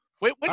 Wait